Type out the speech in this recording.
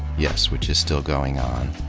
yes, which is still going on.